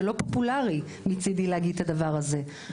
זה לא פופולרי מצדי להגיד את הדבר הזה,